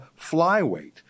flyweight